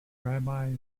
rabbi